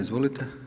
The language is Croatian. Izvolite.